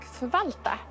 förvalta